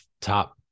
top